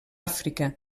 àfrica